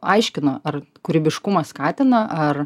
aiškino ar kūrybiškumą skatina ar